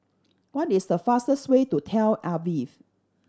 what is the fastest way to Tel Aviv